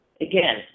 Again